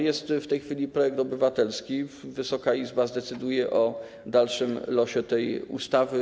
Jest w tej chwili projekt obywatelski i Wysoka Izba zdecyduje o dalszym losie tej ustawy.